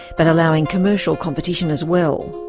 but allowing commercial competition as well.